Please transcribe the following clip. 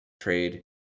trade